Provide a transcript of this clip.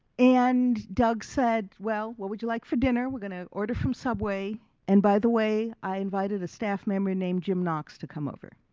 and doug said, well what would you like for dinner? we're going to order from subway and by the way, i invited a staff member named jim knox to come over.